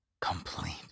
complete